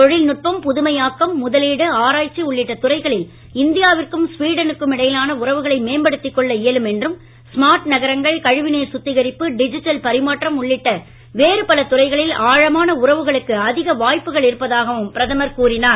தொழில்நுட்பம் புதுமையாக்கம் முதலீடு ஆராய்ச்சி உள்ளிட்ட துறைகளில் இந்தியாவிற்கும் ஸ்வீடனுக்கும் இடையிலான உறவுகளை மேம்படுத்திக் கொள்ள இயலும் என்றும் ஸ்மார்ட் நகரங்கள் கழிவுநீர் சுத்திகரிப்பு டிஜிட்டல் பரிமாற்றம் உள்ளிட்ட வேறுபல துறைகளில் ஆழமான உறவுகளுக்கு அதிக வாய்ப்புகள் இருப்பதாகவும் பிரதமர் கூறினார்